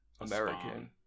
american